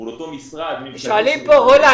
מול אותו משרד ממשלתי --- שואלים פה רולנד,